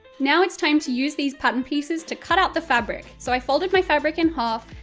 now it's time to use these pattern pieces to cut out the fabric! so i folded my fabric in half,